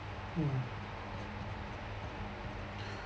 mm